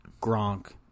gronk